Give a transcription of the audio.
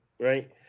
Right